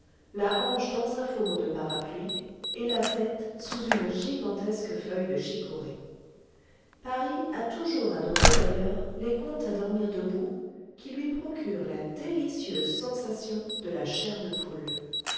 la hanche dans un fourreau de parapluie et la tête sous une gigantesque feuille de chicorée paris a toujours adoré d'ailleurs les contes à dormir debout qui lui procurent la délicieuse sensation de la chair de poule